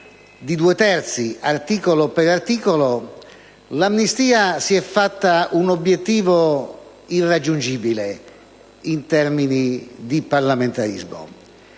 di due terzi, articolo per articolo, l'amnistia si è fatta un obiettivo irraggiungibile in termini di parlamentarismo.